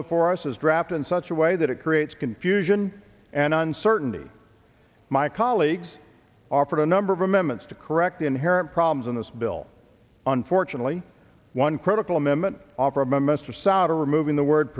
before us has dropped in such a way that it creates confusion and uncertainty my colleagues offered a number of amendments to correct the inherent problems in this bill unfortunately one critical amendment opera mr souder removing the word